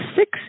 six